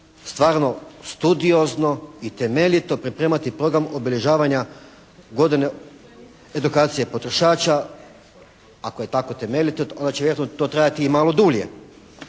stvarno studiozno i temeljito pripremati program obilježavanja godine edukacije potrošača. Ako je tako temeljito onda će vjerojatno to trajati i malo dulje.